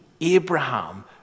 Abraham